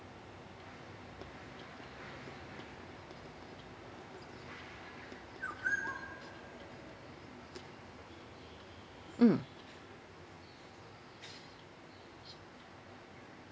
mm